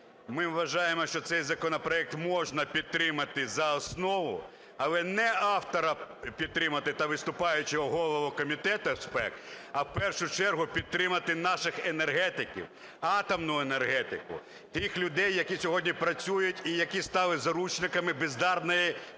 Ми вважаємо, що цей законопроект можна підтримати за основу, але не автора підтримати та виступаючого голову Комітету з ПЕК, а в першу чергу підтримати наших енергетиків, атомну енергетику, тих людей, які сьогодні працюють і які стали заручниками бездарної політики